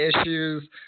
issues